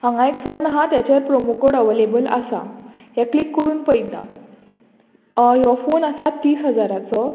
हांगा एक फोन आहा तेचेर प्रोमो कोड अवेलेबल आसा हे क्लिक करून पयता हो फोन आसा तीस हजाराचो